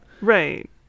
Right